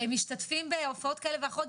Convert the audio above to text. משתתפים בהופעות כאלה ואחרות,